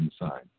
inside